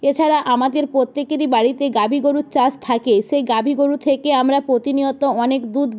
এছাড়া আমাদের প্রত্যেকেরই বাড়িতে গাভী গোরুর চাষ থাকে সেই গাভী গোরু থেকে আমরা প্রতিনিয়ত অনেক দুধ